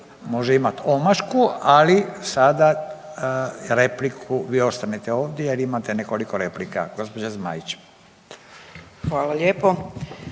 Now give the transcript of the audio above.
može imat omašku, ali sada repliku, vi ostanite ovdje jer imate nekoliko replika. Gđa. Zmaić.